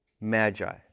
Magi